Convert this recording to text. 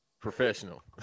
Professional